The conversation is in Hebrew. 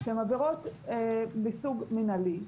שהן עבירות מסוג מינהלי,